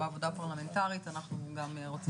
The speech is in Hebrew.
בעבודה הפרלמנטרית אנחנו גם רוצים לקדם בחקיקה.